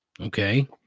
Okay